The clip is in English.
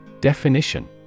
Definition